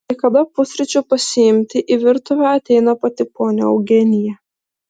kai kada pusryčių pasiimti į virtuvę ateina pati ponia eugenija